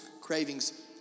cravings